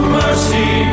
mercy